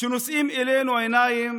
שנושאים אלינו עיניים